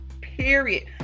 period